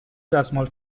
دستمال